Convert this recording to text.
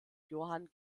johann